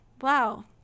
wow